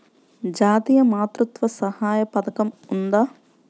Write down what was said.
జాతీయ మాతృత్వ సహాయ పథకం ఉందా?